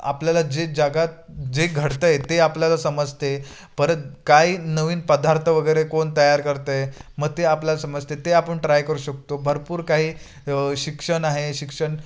आपल्याला जे जागात जे घडतंय ते आपल्याला समजते परत काही नवीन पदार्थ वगैरे कोन तयार करतंय मग ते आपल्याला समजते ते आपण ट्राय करू शकतो भरपूर काही शिक्षण आहे शिक्षण